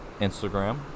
Instagram